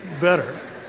better